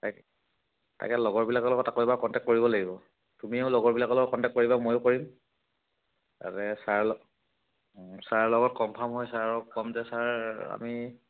তাক তাকে লগৰবিলাকৰ লগত আকৌ এবাৰ কণ্টেক্ট কৰিব লাগিব তুমিও লগৰবিলাকৰ লগত কণ্টেক্ট কৰিবা ময়ো কৰিম তাতে ছাৰৰ লগ ছাৰৰ লগত কমফাৰ্ম হৈ ছাৰক কম যে ছাৰ আমি